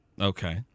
Okay